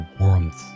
warmth